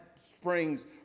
Springs